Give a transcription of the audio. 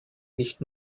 nicht